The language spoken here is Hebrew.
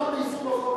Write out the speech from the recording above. המון ביישום החוק הזה.